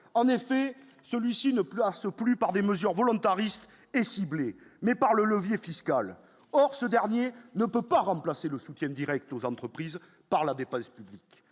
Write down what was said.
en effet, celui-ci ne place plus par des mesures volontaristes et ciblées, mais par le levier fiscal, or ce dernier ne peut pas remplacer le soutien Direct aux entreprises par la dépense publique,